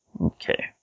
Okay